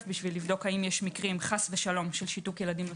לבדוק אם חלילה יש מקרים של שיתוק ילדים נוספים,